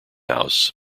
house